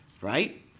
Right